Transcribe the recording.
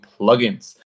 plugins